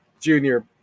junior